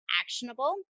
actionable